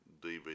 dvd